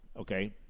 okay